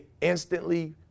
instantly